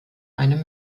einem